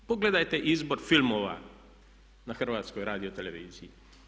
Pogledajte izbor filmova na HRT-u.